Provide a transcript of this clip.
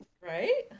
right